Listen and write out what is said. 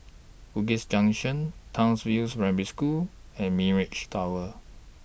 Bugis Junction Townsville's Primary School and Mirage Tower